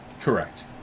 correct